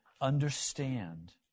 understand